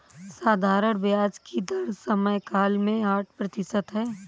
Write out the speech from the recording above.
साधारण ब्याज की दर समयकाल में आठ प्रतिशत है